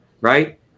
right